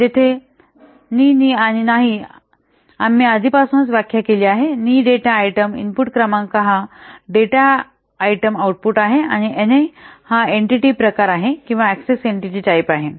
जेथे नी नी आणि नाही आम्ही आधीपासूनच व्याख्या केली आहे नी डेटा आयटम इनपुट क्रमांक हा डेटा आयटम आउटपुट आहे आणि ना हा एंटीटी प्रकार आहे किंवा ऍक्सेस एंटीटी टाईप आहे